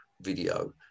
video